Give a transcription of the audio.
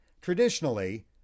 Traditionally